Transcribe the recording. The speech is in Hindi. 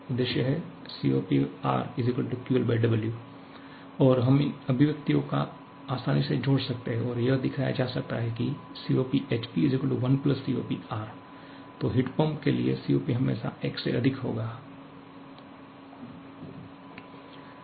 उद्देश्य है COPR QLW और हम इन अभिव्यक्तियों को आसानी से जोड़ सकते हैं और यह दिखाया जा सकता है कि COPHP1COPR तो हीट पंप के लिए COP हमेशा 1 से अधिक होता है